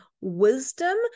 wisdom